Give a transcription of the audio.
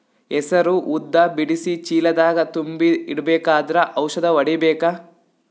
ಹೆಸರು ಉದ್ದ ಬಿಡಿಸಿ ಚೀಲ ದಾಗ್ ತುಂಬಿ ಇಡ್ಬೇಕಾದ್ರ ಔಷದ ಹೊಡಿಬೇಕ?